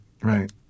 right